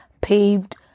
paved